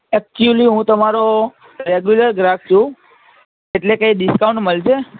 actually હું તમારો regular ગ્રાહક છું એટલે કે ડિસ્કાઉન્ટ મળશે